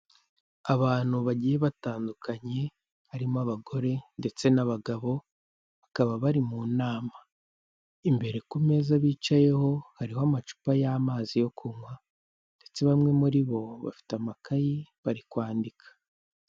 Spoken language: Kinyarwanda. Abantu bagiye batandukanye harimo abagore ndetse n'abagabo bakaba bari mu nama, imbere ku meza bicayeho hariho amacupa y'amazi yo kunywa ndetse bamwe muri bo bafite amakayi bari kwandika.